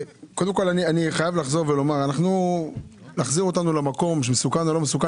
אני חייב לחזור ולומר שלהחזיר אותנו למקום שזה מסוכן או לא מסוכן,